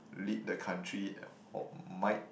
lead the country or might